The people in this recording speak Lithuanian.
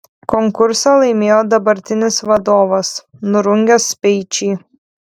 konkursą laimėjo dabartinis vadovas nurungęs speičį